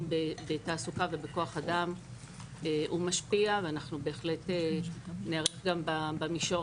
בתעסוקה ובכוח אדם הוא משפיע ואנחנו בהחלט ניערך גם במישור